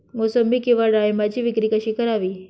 मोसंबी किंवा डाळिंबाची विक्री कशी करावी?